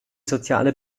soziale